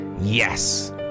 yes